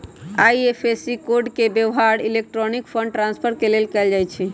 IFSC code के व्यव्हार electronic fund transfer के लेल कएल जाइ छइ